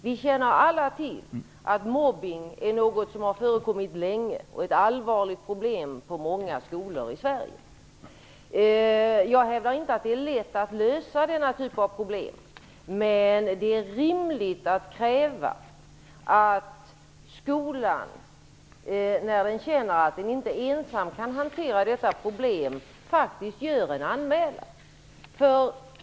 Vi känner alla till att mobbning är någonting som har förekommit länge och är ett allvarligt problem i många skolor i Sverige. Jag hävdar inte att det är lätt att lösa denna typ av problem, men det är rimligt att kräva att skolan, när den känner att den inte ensam kan hantera detta problem, faktiskt gör en anmälan.